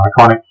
iconic